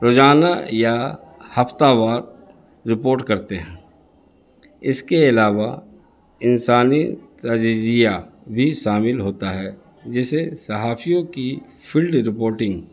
روجانہ یا ہفتہ وار رپورٹ کرتے ہیں اس کے علاوہ انسانی تجزیہ بھی شامل ہوتا ہے جسے صحافیوں کی فیلڈ رپورٹنگ